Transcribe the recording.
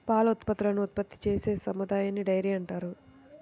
పాల ఉత్పత్తులను ఉత్పత్తి చేసే సదుపాయాన్నిడైరీ అంటారు